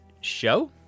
show